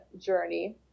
journey